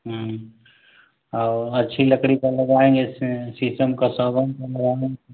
और अच्छी लकड़ी का लगाएंगे शीशम का सागवान का लगाएंगे